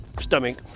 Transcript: stomach